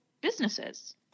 businesses